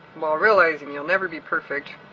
while realizing you'll never be perfect,